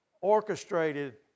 orchestrated